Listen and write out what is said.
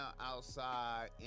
outside